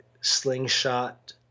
slingshot